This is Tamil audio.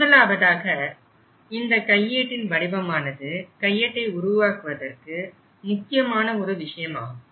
முதலாவதாக இந்த கையேட்டின் வடிவமானது கையேட்டை உருவாக்குவதற்கு முக்கியமான ஒரு விஷயம் ஆகும்